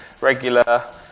regular